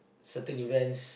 certain events